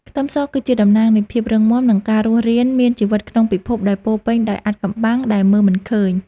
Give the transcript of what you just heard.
ខ្ទឹមសគឺជាតំណាងនៃភាពរឹងមាំនិងការរស់រានមានជីវិតក្នុងពិភពដែលពោរពេញដោយអាថ៌កំបាំងដែលមើលមិនឃើញ។